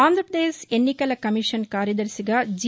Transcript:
ఆంధ్రప్రదేశ్ ఎన్నికల కమిషన్ కార్యదర్భిగా జి